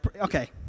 okay